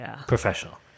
Professional